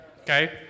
Okay